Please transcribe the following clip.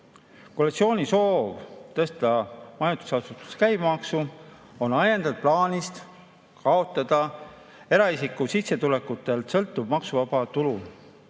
Koalitsiooni soov tõsta majutusasutuste käibemaksu on ajendatud plaanist kaotada eraisiku sissetulekust sõltuv maksuvaba tulu,